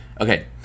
Okay